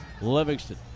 Livingston